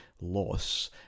loss